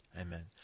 amen